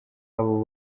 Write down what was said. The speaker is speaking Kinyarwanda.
abo